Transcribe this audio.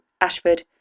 ashford